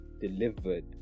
Delivered